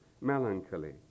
melancholy